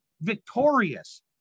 victorious